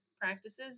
practices